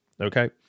Okay